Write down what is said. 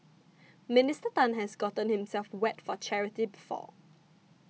Minister Tan has gotten himself wet for charity before